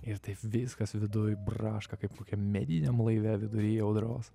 ir taip viskas viduj braška kaip kokiam mediniam laive viduryj audros